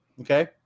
Okay